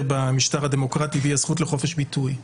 במשטר הדמוקרטי והיא הזכות לחופש ביטוי.